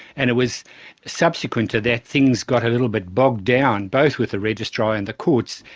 and it was subsequently that things got a little bit bogged down, both with the registrar and the courts,